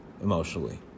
emotionally